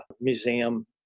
Museum